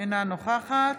אינה נוכחת